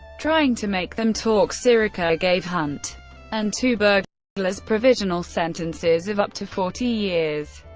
trying to make them talk, sirica gave hunt and two but burglars provisional sentences of up to forty years.